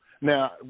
Now